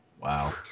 Wow